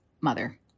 mother